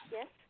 Yes